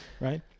Right